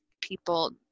people